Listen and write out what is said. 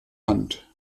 hand